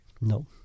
no